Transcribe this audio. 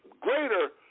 greater